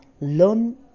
Learn